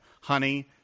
honey